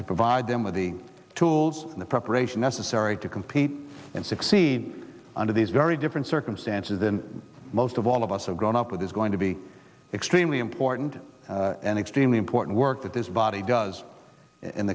we provide them with the tools and the preparation necessary to compete and succeed under these very different circumstances than most of all of us have grown up with is going to be extremely important and extremely important work that this body does in